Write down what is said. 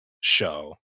show